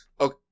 Okay